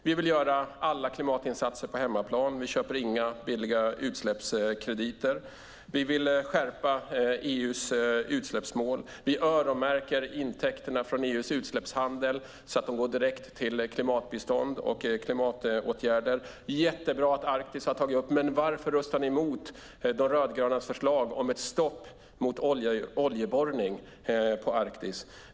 Vi vill göra alla klimatinsatser på hemmaplan. Vi köper inga billiga utsläppskrediter. Vi vill skärpa EU:s utsläppsmål. Vi öronmärker intäkterna från EU:s utsläppshandel, så att de går direkt till klimatbistånd och klimatåtgärder. Det är jättebra att Arktis har tagits upp, men varför röstar ni mot de rödgrönas förslag om ett stopp för oljeborrning i Arktis?